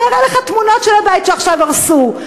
אני אראה לך תמונות של הבית שעכשיו הרסו.